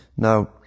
Now